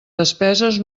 despeses